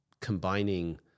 combining